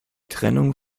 trennung